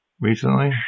recently